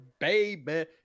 baby